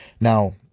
Now